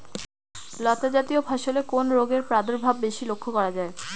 লতাজাতীয় ফসলে কোন রোগের প্রাদুর্ভাব বেশি লক্ষ্য করা যায়?